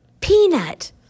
peanut